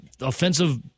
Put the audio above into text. offensive